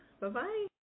Bye-bye